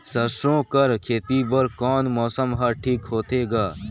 सरसो कर खेती बर कोन मौसम हर ठीक होथे ग?